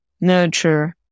nurture